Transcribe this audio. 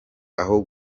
aho